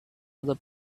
other